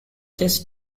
this